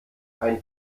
ein